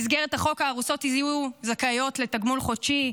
במסגרת החוק הארוסות יהיו זכאיות לתגמול חודשי,